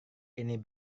ini